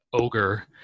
ogre